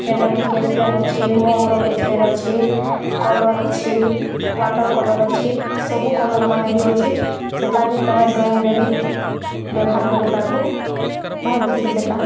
ଯେଣ୍ଟା କି sketch pen ଅଛି ମୋମ୍ର ସ୍କେଚ୍ ପେନ୍ ଅଛି କଲର୍ ଅଛି ୱାଟର୍ କଲର୍ ଅଛି ସବୁ କଲର୍ ମାନେ ବି ଅଛି ସେଟା ବି ତମେ ଡ଼୍ରଇଁରେ ବି ବ୍ୟବହାର୍ କରିପାର୍ବ ଭଲ୍ ହେସି ସେଇଟା